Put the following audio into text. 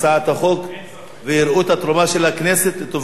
ויראו את התרומה של הכנסת לטובת אזרחיה.